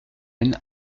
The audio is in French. haine